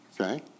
Okay